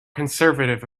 conservative